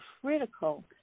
critical